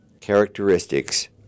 characteristics